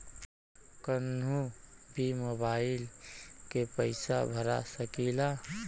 कन्हू भी मोबाइल के पैसा भरा सकीला?